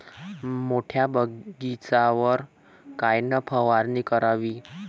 मोठ्या बगीचावर कायन फवारनी करावी?